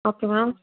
okay ma'am